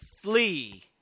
Flee